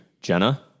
Jenna